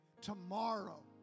Tomorrow